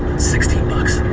sixty bucks.